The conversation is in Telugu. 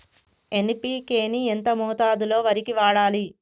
ఎన్.పి.కే ని ఎంత మోతాదులో వరికి వాడాలి?